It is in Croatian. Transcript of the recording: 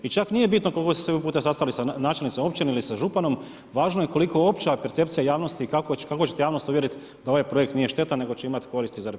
I čak nije bitno koliko ste se vi puta sastali sa načelnicom općine ili županom, važno je koliko opća percepcija javnosti i kako ćete javnost uvjeriti da ovaj projekt nije štetan nego će imati koristi za RH.